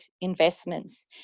investments